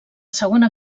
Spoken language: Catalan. segona